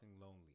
lonely